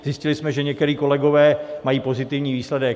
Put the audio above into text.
Zjistili jsme, že někteří kolegové mají pozitivní výsledek.